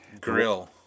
Grill